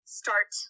start